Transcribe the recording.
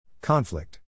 Conflict